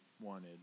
wanted